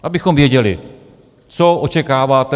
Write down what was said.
Abychom věděli, co očekáváte.